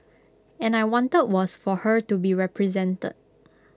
and I wanted was for her to be represented